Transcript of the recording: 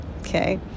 okay